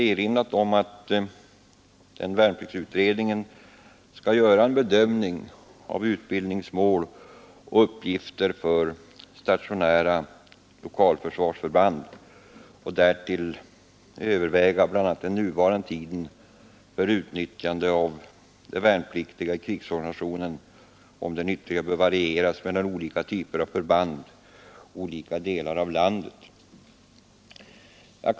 Vi har ock att denna värnpliktsutredning skall göra en bedömning av utbildningsmål och uppgifter för stationära lokalförsvarsförband och därtill överväga bl.a. om den nuvarande tiden för utnyttjande av de värnpliktiga i krigsorganisationen bör varieras mellan olika typer av förband i olika delar av landet.